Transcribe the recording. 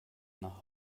nach